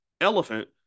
elephant